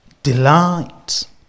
Delight